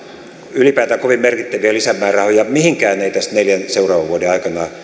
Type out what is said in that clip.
ylipäätään kovin merkittäviä lisämäärärahoja mihinkään ei tässä neljän seuraavan vuoden aikana